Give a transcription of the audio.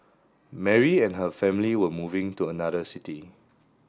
Mary and her family were moving to another city